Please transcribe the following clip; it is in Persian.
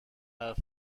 حرف